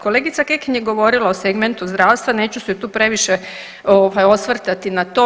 Kolegica Kekin je govorila o segmentu zdravstva, neću se tu previše osvrtati na to.